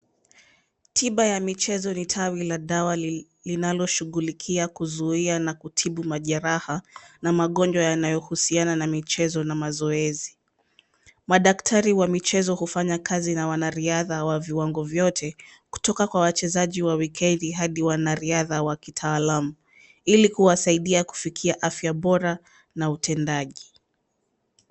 Tiba ya michezo ni taasisi ya afya inayoshughulikia kuzuia na kutibu majeraha na magonjwa yanayohusiana na michezo na mazoezi. Madaktari wa michezo hufanya kazi na wanariadha wa viwango vyote. Hii huwasaidia kufikia afya bora na utendaji mzuri.